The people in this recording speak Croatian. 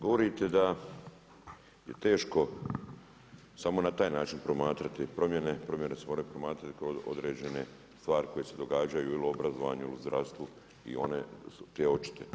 Govorite da je teško samo na taj način promatrati promjene, promjene se moraju promatrati kao određene stvari koje se događaju ili u obrazovanju, zdravstvu i one su očite.